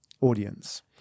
audience